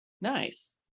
Nice